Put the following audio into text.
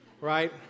right